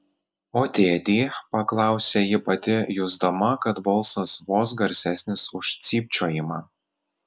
o tėtį paklausė ji pati jusdama kad balsas vos garsesnis už cypčiojimą